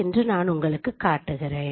என்று நான் உங்களுக்குக் காட்டுகிறேன்